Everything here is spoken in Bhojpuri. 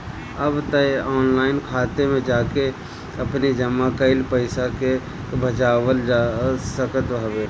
अब तअ ऑनलाइन खाता में जाके आपनी जमा कईल पईसा के भजावल जा सकत हवे